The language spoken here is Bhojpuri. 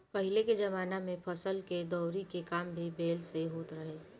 पहिले के जमाना में फसल के दवरी के काम भी बैल से होत रहे